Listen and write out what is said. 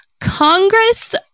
congress